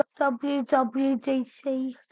WWDC